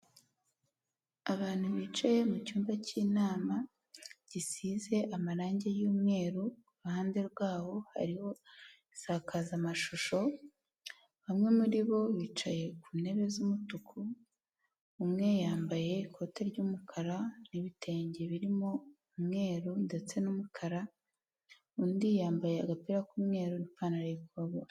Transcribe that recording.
Abantu bicaye mucyumba cy'inama, gisize amarangi y'umweru, iruhande rwaho hariho isakazamashusho, bamwe muri bo bicaye ku ntebe z'umutuku, umwe yambaye ikote ry'umukara n'ibitenge birimo umweru ndetse n'umukara, undi yambaye agapira k'umweru n'ipantaro .